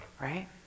right